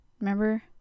Remember